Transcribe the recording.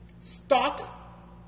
Stock